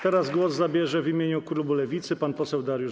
Teraz głos zabierze w imieniu klubu Lewicy pan poseł Dariusz